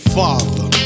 father